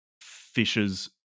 Fisher's